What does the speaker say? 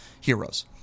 heroes